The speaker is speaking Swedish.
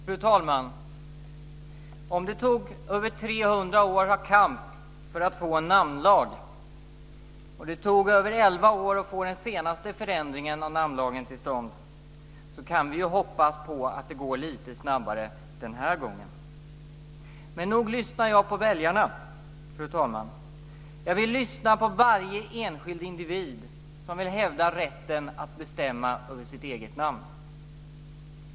Fru talman! Om det tog över 300 år av kamp för att få en namnlag och över elva år att få den senaste förändringen av namnlagen till stånd, kan vi hoppas på att det går lite snabbare den här gången. Men nog lyssnar jag på väljarna, fru talman. Jag vill lyssna på varje enskild individ som vill hävda rätten att bestämma över sitt eget namn.